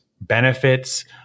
benefits